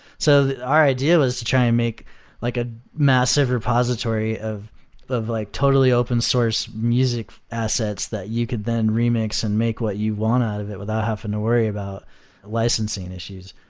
so our idea was to try and make like a massive repository of of like totally open-source music assets that you could then remix and make what you want out of it without having to worry about licensing issues.